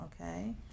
okay